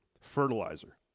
fertilizer